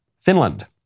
Finland